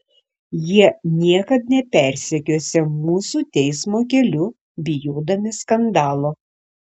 jie niekad nepersekiosią mūsų teismo keliu bijodami skandalo